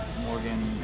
Morgan